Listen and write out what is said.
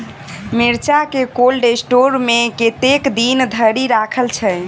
मिर्चा केँ cold store मे कतेक दिन धरि राखल छैय?